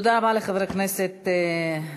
תודה רבה לחבר הכנסת גטאס.